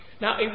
Now